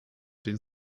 den